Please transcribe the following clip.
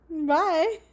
Bye